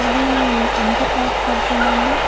అది ఎంత కాస్ట్ పడుతుందండి